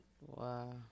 wow